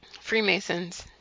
Freemasons